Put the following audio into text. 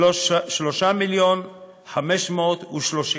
3 מיליון ו-530,000.